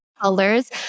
colors